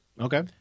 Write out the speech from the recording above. Okay